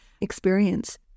experience